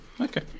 Okay